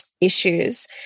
issues